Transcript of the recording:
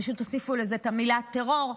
פשוט תוסיפו לזה את המילה "טרור",